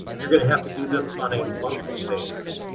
you're going to have to do this on a monthly basis.